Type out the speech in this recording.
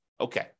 Okay